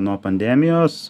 nuo pandemijos